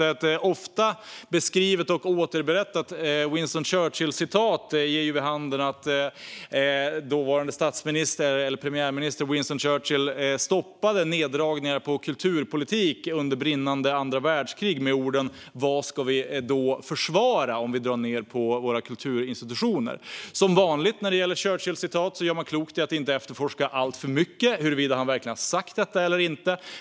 Ett ofta beskrivet och återberättat citat av Winston Churchill ger vid handen att den dåvarande premiärministern stoppade neddragningar på kulturpolitiken under ett brinnande andra världskrig med orden: Vad är det vi ska försvara om vi drar ned på våra kulturinstitutioner? Som vanligt när det gäller Churchillcitat gör man klokt i att inte alltför mycket efterforska huruvida han verkligen har sagt detta.